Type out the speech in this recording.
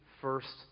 first